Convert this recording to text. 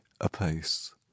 apace